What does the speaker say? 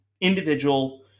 individual